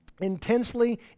intensely